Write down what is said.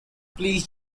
please